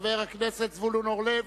חבר הכנסת זבולון אורלב.